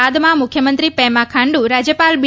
બાદમાં મુખ્યમંત્રી પેમા ખાંડ઼ રાજ્યપાલ બી